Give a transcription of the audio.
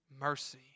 mercy